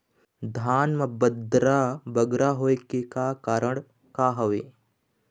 धान म बदरा बगरा होय के का कारण का हवए?